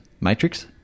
Matrix